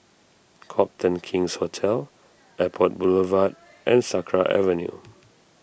Copthorne King's Hotel Airport Boulevard and Sakra Avenue